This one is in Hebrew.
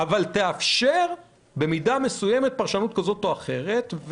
אבל תאפשר, במידה מסוימת, פרשנות כזאת או אחרת.